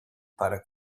para